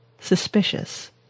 suspicious